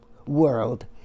World